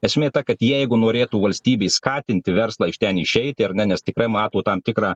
esmė ta kad jeigu norėtų valstybė skatinti verslą iš ten išeiti ar ne nes tikrai mato tam tikrą